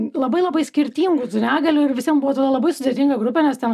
labai labai skirtingų negalių ir visiem buvo tada labai sudėtinga grupė nes ten